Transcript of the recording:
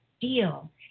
deal